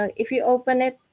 ah if you open it,